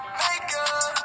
makeup